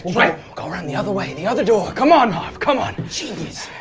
right go around the other way the other door, come on harv. come on. genius.